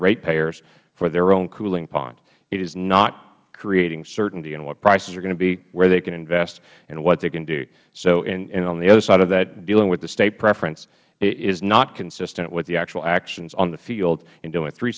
ratepayers for their own cooling pond it is not creating certainty in what prices are going to be where they can invest and what they can do so on the other side of that dealing with the state preference is not consistent with the actual actions on the field and do